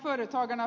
herr talman